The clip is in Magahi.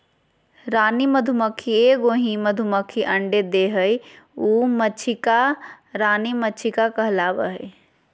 रानी मधुमक्खी एगो ही मधुमक्खी अंडे देहइ उहइ मक्षिका रानी मक्षिका कहलाबैय हइ